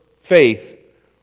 faith